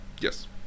Yes